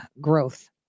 growth